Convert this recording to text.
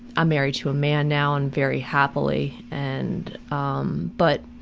i'm married to a man now, and very happily. and um, but,